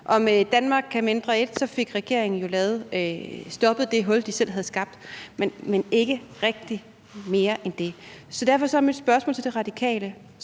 »Danmark kan mindre I« fik regeringen jo stoppet det hul, den selv havde skabt, men ikke rigtig mere end det. Så derfor er mit spørgsmål til De Radikales